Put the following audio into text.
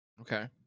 Okay